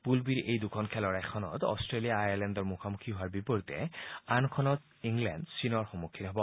পুল বিৰ এই দুখন খেলৰ এখনত অট্টেলিয়া আয়াৰলেণ্ডৰ মুখামুখি হোৱাৰ বিপৰীতে আনখনত ইংলেণ্ড চীনৰ সন্মুখীন হ'ব